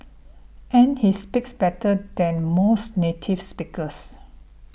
and he speaks better than most native speakers